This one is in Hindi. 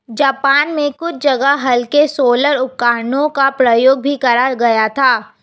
जापान में कुछ जगह हल्के सोलर उपकरणों का प्रयोग भी करा गया था